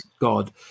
god